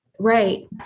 Right